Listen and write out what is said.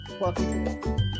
Welcome